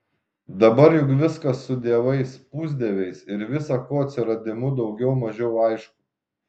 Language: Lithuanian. dabar juk viskas su dievais pusdieviais ir visa ko atsiradimu daugiau mažiau aišku